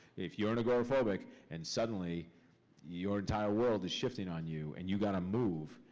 if you're an agoraphobic and suddenly your entire world is shifting on you and you gotta move.